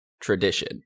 tradition